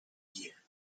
year